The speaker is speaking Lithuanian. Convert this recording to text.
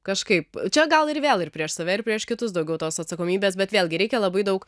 kažkaip čia gal ir vėl ir prieš save ir prieš kitus daugiau tos atsakomybės bet vėlgi reikia labai daug